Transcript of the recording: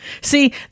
See